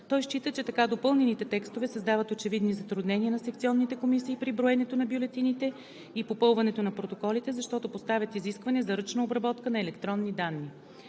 Той счита, че така допълнените текстове създават очевидни затруднения на секционните комисии при броенето на бюлетините и попълването на протоколите, защото поставят изискване за ръчна обработка на електронни данни.